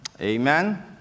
Amen